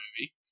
movie